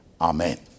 amen